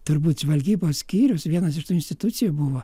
turbūt žvalgybos skyrius vienas iš tų institucijų buvo